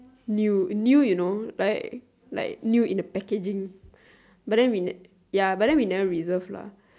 new new you know like like new in the packaging but then we ne~ ya but then we never reserved lah